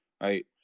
Right